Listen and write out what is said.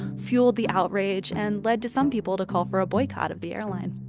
fueled the outrage and led to some people to call for a boycott of the airline